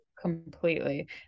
Completely